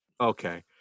Okay